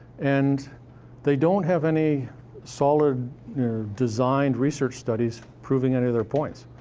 and they don't have any solid designed research studies proving any of their points.